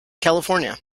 california